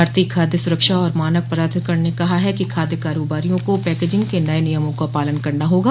भारतीय खाद्य सुरक्षा और मानक प्राधिकरण ने कहा है कि खाद्य कारोबारियों को पैकेजिंग के नए नियमों का पालन करना होगा